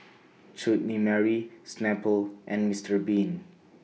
Chutney Mary Snapple and Mister Bean